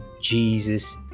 Jesus